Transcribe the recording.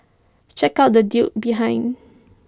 check out the dude behind